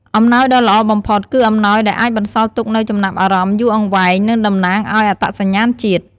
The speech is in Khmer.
អំណោយដ៏ល្អបំផុត គឺអំណោយដែលអាចបន្សល់ទុកនូវចំណាប់អារម្មណ៍យូរអង្វែង និងតំណាងឱ្យអត្តសញ្ញាណជាតិ។